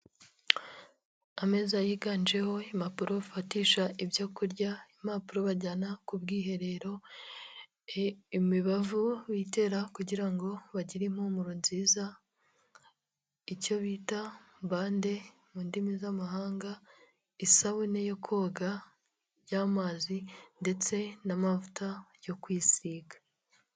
Ameza yiganjeho impapuro bafatisha ibyo kurya, impapuro bajyana ku bwiherero, imibavu bitera kugira ngo bagire impumuro nziza, icyo bita bande mu ndimi z'amahanga, isabune yo koga y'amazi, ndetse n'amavuta yo kwisiga.